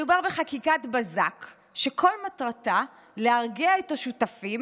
מדובר בחקיקת בזק שכל מטרתה להרגיע את השותפים,